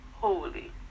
holy